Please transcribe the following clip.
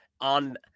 on